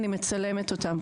אני מצלמת אותם,